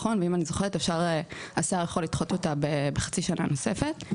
ואם אני זוכרת נכון השר יוכל לדחות אותה בחצי שנה נוספת,